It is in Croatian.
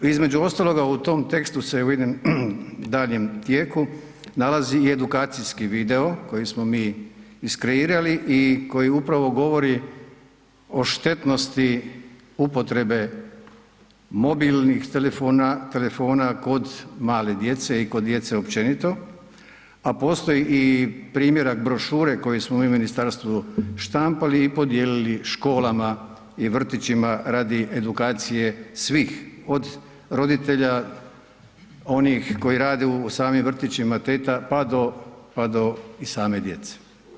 Između ostaloga u tom tekstu se u jednim ... tijeku nalazi i edukacijski video koji smo mi iskreirali, i koji upravo govori o štetnosti upotrebe mobilnih telefona, telefona kod male djece i kod djece općenito, a postoji i primjerak brošure koji smo mi u Ministarstvu štampali i podijelili školama, i vrtićima radi edukacije svih, od roditelja, onih koji rade u samim vrtićima teta, pa do, pa do i same djece.